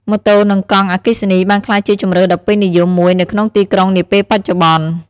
ម៉ូតូនិងកង់អគ្គិសនីបានក្លាយជាជម្រើសដ៏ពេញនិយមមួយនៅក្នុងទីក្រុងនាពេលបច្ចុប្បន្ន។